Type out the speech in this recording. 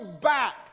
back